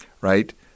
right